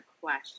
question